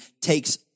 takes